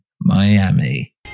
Miami